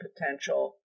potential